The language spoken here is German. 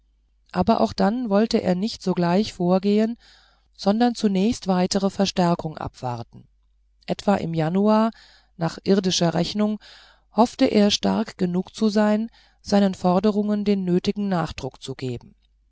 aber auch dann wollte er nicht sogleich vorgehen sondern zunächst weitere verstärkungen abwarten etwa im januar nach irdischer rechnung hoffte er stark genug zu sein seinen forderungen den nötigen nachdruck zu geben